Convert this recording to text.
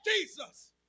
Jesus